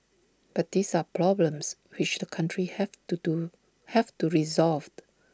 but these are problems which the countries have to do have to resolved